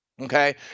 Okay